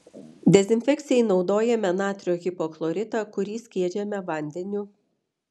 dezinfekcijai naudojame natrio hipochloritą kurį skiedžiame vandeniu